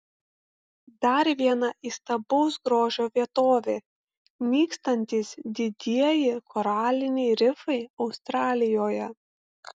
dar viena įstabaus grožio vietovė nykstantys didieji koraliniai rifai australijoje